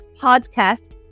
podcast